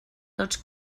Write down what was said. tots